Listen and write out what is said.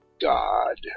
God